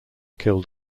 killed